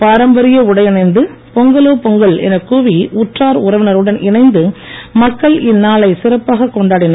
பாரம்பரிய உடை அணிந்து பொங்கலோ பொங்கல் எனக் கூவி உற்றார் உறவினருடன் இணைந்து மக்கள் இந்நாளை சிறப்பாக கொண்டாடினர்